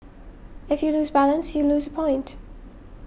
if you lose balance you lose point